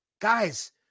guys